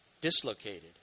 dislocated